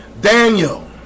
Daniel